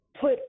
put